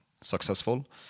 successful